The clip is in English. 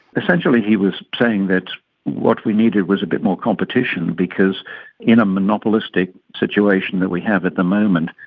essentially he was saying that what we needed was a bit more competition because in a monopolistic situation that we have at the moment,